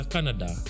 Canada